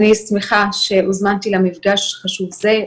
אני שמחה שהוזמנתי למפגש החשוב הזה.